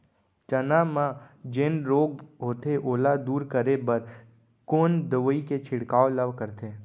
चना म जेन रोग होथे ओला दूर करे बर कोन दवई के छिड़काव ल करथे?